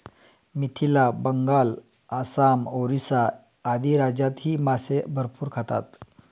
मिथिला, बंगाल, आसाम, ओरिसा आदी राज्यांतही मासे भरपूर खातात